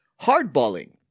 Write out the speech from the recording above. Hardballing